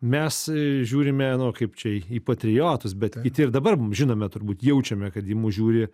mes žiūrime nu kaip čia į patriotus bet kiti ir dabar žinome turbūt jaučiame kad į mus žiūri